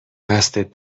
دستت